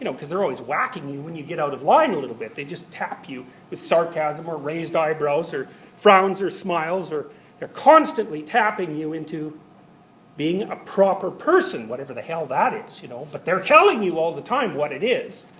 you know because they're always wacking you when you get out of line a little bit. they just tap you with sarcasm or raised eyebrows or frowns or smiles. they're constantly tapping you into being a proper person, whatever the hell that is. you know but they're telling you all the time what it is.